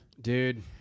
Dude